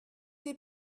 des